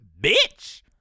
bitch